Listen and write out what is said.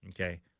Okay